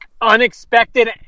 unexpected